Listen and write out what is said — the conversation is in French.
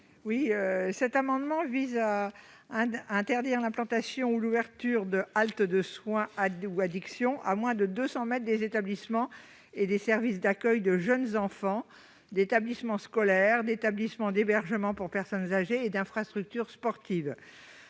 Cet amendement vise à interdire l'implantation de haltes « soins addictions » à moins de 200 mètres des établissements et des services d'accueil de jeunes enfants, des établissements scolaires, des établissements d'hébergement pour personnes âgées dépendantes et des infrastructures sportives.